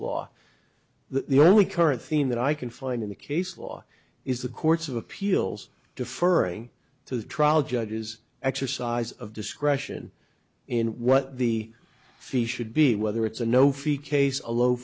that the only current theme that i can find in the case law is the courts of appeals deferring to the trial judges exercise of discretion in what the fee should be whether it's a no fee case a low